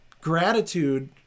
Gratitude